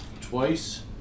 twice